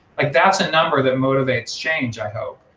like that's a number that motivates change i hope,